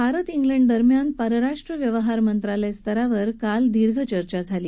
भारत ालिड दरम्यान परराष्ट्र व्यवहार मंत्रालय स्तरावर काल दीर्घ चर्चा झाली